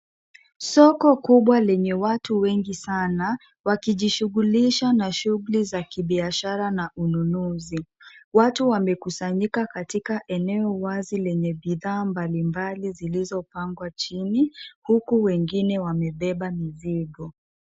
Soko kubwa lenye watu wengi sana, wakijishughulisha na shughuli za kibiashara na ununuzi. Watu wamekusanyika katika eneo wazi lenye bidhaa mbalimbali zilizopangwa chini huku Wengine wamebeba mizigo.